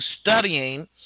studying